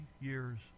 years